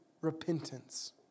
repentance